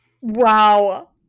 Wow